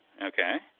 okay